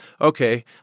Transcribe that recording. okay